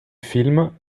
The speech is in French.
film